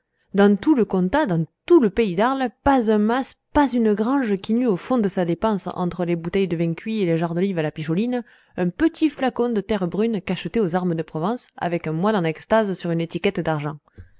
dans tout le comtat dans tout le pays d'arles pas un mas pas une grange qui n'eut au fond de sa dépense entre les bouteilles de vin cuit et les jarres d'olives à la picholine un petit flacon de terre brune cacheté aux armes de provence avec un moine en extase sur une étiquette d'argent